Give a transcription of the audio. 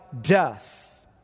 death